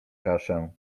kaszę